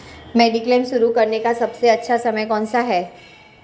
Mediclaim शुरू करने का सबसे अच्छा समय कौनसा है?